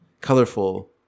colorful